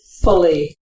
fully